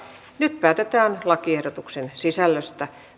nyt päätetään lakiehdotusten sisällöstä